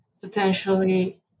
potentially